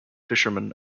fisherman